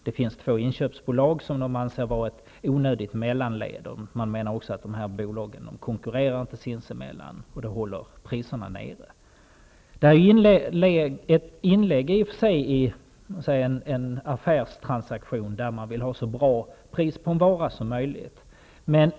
Det finns två inköpsbolag, som de anser vara ett onödigt mellanled. De menar också att de här bolagen inte konkurrerar sinsemellan, och det håller priserna nere. Det är i och för sig ett inlägg i en affärstransaktion, där man vill ha så bra pris på en vara som möjligt.